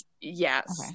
Yes